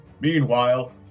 Meanwhile